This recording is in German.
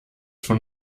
von